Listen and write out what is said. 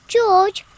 George